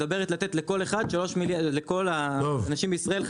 מדברת לתת לכל האנשים בישראל,